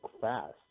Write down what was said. fast